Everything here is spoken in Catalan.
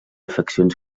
afeccions